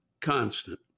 constant